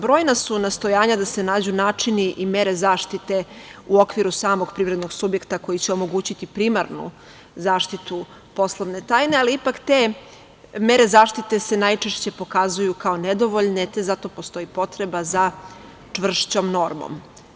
Brojna su nastojanja da se nađu načini i mere zaštite u okviru samog privrednog subjekta koji će omogućiti primarnu zaštitu poslovne tajne, ali ipak te mere zaštite se najčešće pokazuju kao nedovoljne, te zato postoji potreba za čvršćom normom.